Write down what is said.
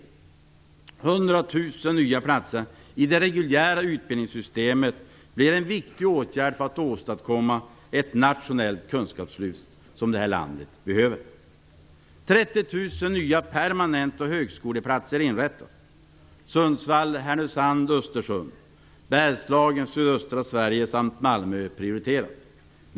100 000 nya platser i det reguljära utbildningssystemet blir en viktig åtgärd för att åstadkomma det nationella kunskapslyft som det här landet behöver. Sundsvall-Härnösand-Östersund, Bergslagen och sydöstra Sverige samt Malmö prioriteras.